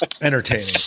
Entertaining